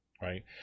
Right